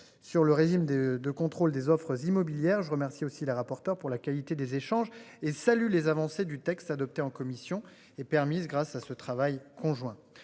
sur le régime de de contrôle des offres immobilières. Je remercie aussi la rapporteur pour la qualité des échanges et salue les avancées du texte adopté en commission est permise grâce à ce travail conjoint